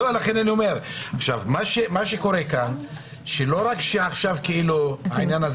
מה שקורה כאן זה שלא רק שעכשיו יש את העניין הזה